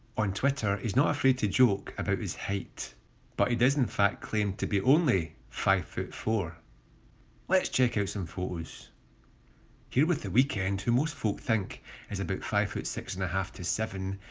on twitter he's not afraid to joke about his height but he does in fact claim to be only five foot four let's check out some photos here with the weeknd, who most folk think is about five foot six and a half to seven,